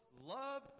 Love